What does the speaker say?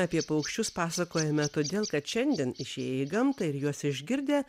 apie paukščius pasakojame todėl kad šiandien išėję į gamtą ir juos išgirdę